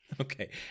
Okay